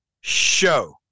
show